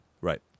Right